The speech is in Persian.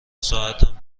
ساعتم